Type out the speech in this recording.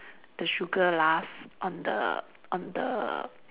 the sugar last on the on the